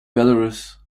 belarus